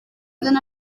donen